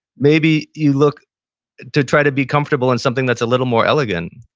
maybe you look to try to be comfortable in something that's a little more elegant,